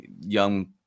young